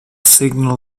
signal